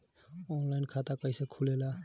Online खाता कइसे खुलेला?